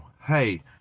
hey